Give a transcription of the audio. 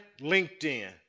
LinkedIn